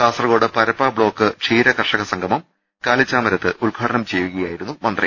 Kasaragod Parappa block ക്ഷീരകർഷക സംഗമം കാലിച്ചാമരത്ത് ഉദ്ഘാടനം ചെയ്യുകയായിരുന്നു മന്ത്രി